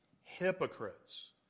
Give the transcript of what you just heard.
hypocrites